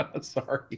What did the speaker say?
Sorry